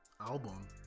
album